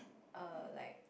err like